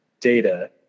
data